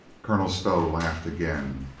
colonel stow laughed again.